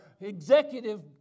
executive